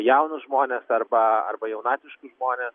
jaunus žmones arba arba jaunatviškus žmones